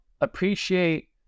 appreciate